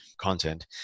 content